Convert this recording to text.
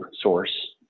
source